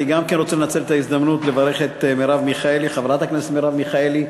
גם אני רוצה לנצל את ההזדמנות לברך את חברת הכנסת מרב מיכאלי,